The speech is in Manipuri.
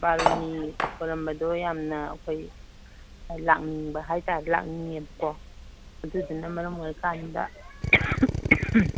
ꯕꯥꯔꯨꯅꯤ ꯈꯣꯢꯔꯝꯕꯗꯣ ꯌꯥꯝꯅ ꯑꯩꯈꯣꯏ ꯂꯥꯛꯅꯤꯡꯕ ꯍꯥꯏꯇꯔꯦ ꯂꯥꯛꯅꯤꯡꯉꯦꯕꯀꯣ ꯑꯗꯨꯗꯨꯅ ꯃꯔꯝ ꯑꯣꯏꯔ ꯀꯥꯟꯗ